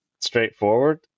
straightforward